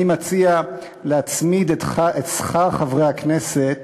אני מציע להצמיד את שכר חברי הכנסת